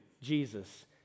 Jesus